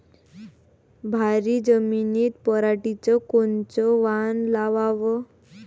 भारी जमिनीत पराटीचं कोनचं वान लावाव?